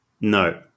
no